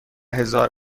هزار